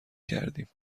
کردیم